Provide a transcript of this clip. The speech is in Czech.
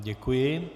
Děkuji.